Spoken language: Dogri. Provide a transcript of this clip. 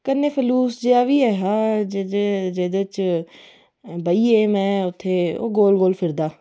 कन्नै फलूस जेहा बी ऐ हा जेह्दे बिच बेही ऐ में ओह् गोल गोल फिरदा